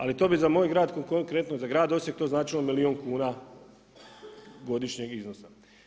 Ali to bi za moj grad, konkretno za grad Osijek značilo milijun kuna godišnjeg iznosa.